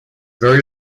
very